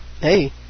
Hey